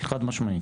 חד משמעית.